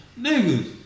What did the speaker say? Niggas